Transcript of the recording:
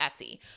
Etsy